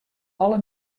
alle